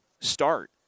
start